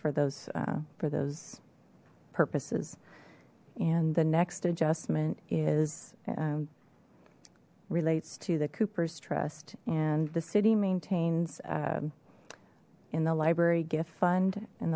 for those for those purposes and the next adjustment is relates to the cooper's trust and the city maintains in the library gift fund and